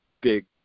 big